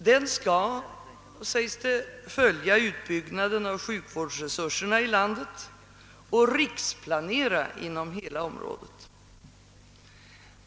Den skall, sägs det, följa utbyggnaden av sjukvårdsresurserna i landet och riksplanera inom hela området.